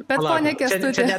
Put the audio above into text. bet pone kęstuti